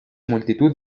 multitud